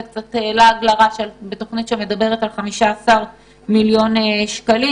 זה סכום שהוא בבחינת לעג לרש בתוכנית שמדברת על 15 מיליון שקלים.